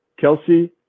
Kelsey